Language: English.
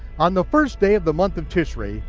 on the first day of the month of tishrei,